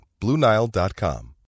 BlueNile.com